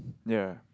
ya